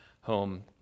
home